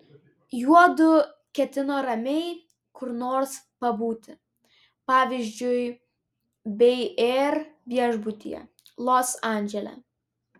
juodu ketino ramiai kur nors pabūti pavyzdžiui bei air viešbutyje los andžele